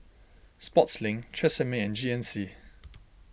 Sportslink Tresemme and G N C